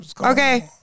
Okay